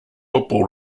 football